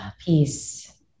Peace